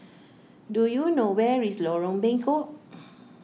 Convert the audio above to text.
do you know where is Lorong Bengkok